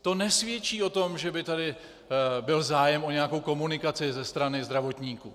To nesvědčí o tom, že by tady byl zájem o nějakou komunikaci ze strany zdravotníků.